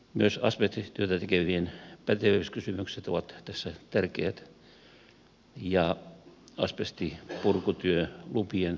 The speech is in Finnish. myös asbestityötä tekevien pätevyyskysymykset ja asbestipurkutyölupien uusi sääntely ovat tässä tärkeät